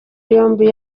yombi